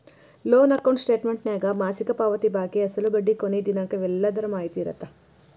loan account ಸ್ಟೇಟಮೆಂಟ್ನ್ಯಾಗ ಮಾಸಿಕ ಪಾವತಿ ಬಾಕಿ ಅಸಲು ಬಡ್ಡಿ ಕೊನಿ ದಿನಾಂಕ ಇವೆಲ್ಲದರ ಮಾಹಿತಿ ಇರತ್ತ